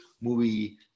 movie